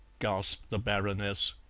gasped the baroness.